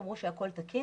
אמרו שהכל תקין.